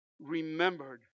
remembered